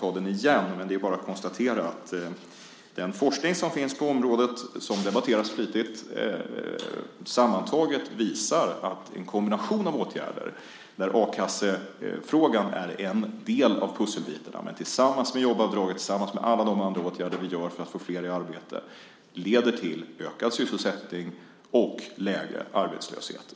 Jag kan bara konstatera att den forskning som finns på området och som debatteras flitigt sammantaget visar att en kombination av åtgärder, där a-kassefrågan är en pusselbit tillsammans med jobbavdraget och de andra åtgärder som vi vidtar för att få flera i arbete, leder till ökad sysselsättning och lägre arbetslöshet.